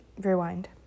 rewind